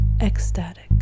ecstatic